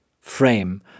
frame